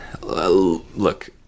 Look